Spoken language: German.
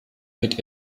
mit